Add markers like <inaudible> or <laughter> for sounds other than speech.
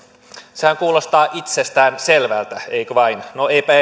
sehän kuulostaa itsestäänselvältä eikö vain no eipä <unintelligible>